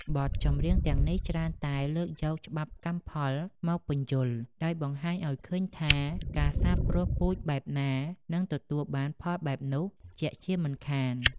បទចម្រៀងទាំងនេះច្រើនតែលើកយកច្បាប់កម្មផលមកពន្យល់ ដោយបង្ហាញឱ្យឃើញថាការសាបព្រោះពូជបែបណា នឹងទទួលបានផលបែបនោះជាក់ជាមិនខាន។